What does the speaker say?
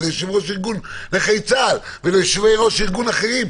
וליושב-ראש ארגון נכי צה"ל וליושבי-ראש ארגונים אחרים,